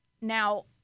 Now